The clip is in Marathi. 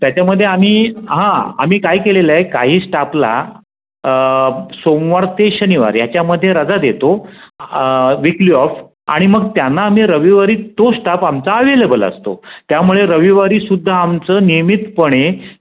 त्याच्यामध्ये आम्ही आम्ही काय केलेलं आहे काही स्टाफला सोमवार ते शनिवार याच्यामध्ये रजा देतो वीकली ऑफ आणि मग त्यांना आम्ही रविवारी तो स्टाफ आमचा अव्हेलेबल असतो त्यामुळे रविवारीसुद्धा आमचं नियमितपणे